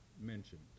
mentioned